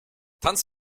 tanz